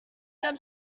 some